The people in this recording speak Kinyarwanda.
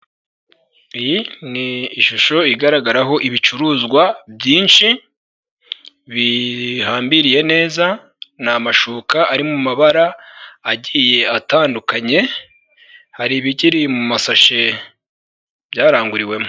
Iyi ni ishusho igaragaraho ibicuruzwa byinshi, bihambiriye neza ni amashuka ari mu mabara agiye atandukanye, hari ibikiri mu masashe byaranguriwemo.